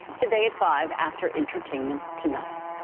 today at five after entertainment tonight.